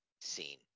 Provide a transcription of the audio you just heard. scene